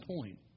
point